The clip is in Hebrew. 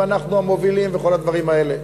ואנחנו המובילים וכל הדברים האלה.